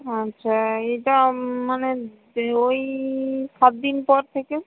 আচ্ছা এটা মানে ওই সাত দিন পর থেকে